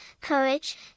courage